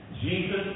Jesus